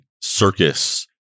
circus